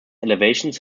elevations